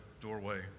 doorway